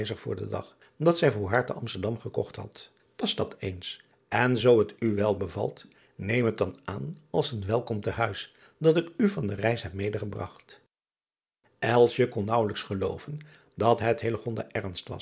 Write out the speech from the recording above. voor den dag dat zij voor haar te msterdam gekocht had as dat eens en zoo het u wel bevalt neem het dan aan als een welkom te huis dat ik u van de reis heb medegebragt kon naauwelijks gelooven dat het ernst was